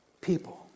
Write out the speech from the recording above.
people